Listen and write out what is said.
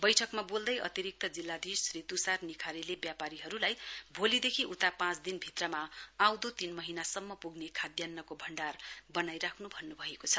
बैठकमा बोल्दै अतिरिक्त जिल्लाधीश श्री तुसार निखारेले व्यापारीहरूलाई भोलिदेखि उता पाँचदिन भित्रमा आउँदो तीनमहीनासम्म पुग्ने खाद्यन्नको भण्डार बनाइ राख्न भन्नुभएको छ